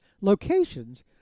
locations